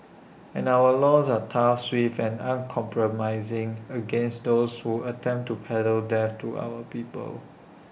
and our laws are tough swift and uncompromising against those who attempt to peddle death to our people